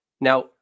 Now